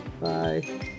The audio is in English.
Bye